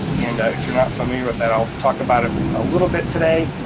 and if you're not familiar with that, i'll talk about it a little bit today,